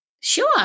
Sure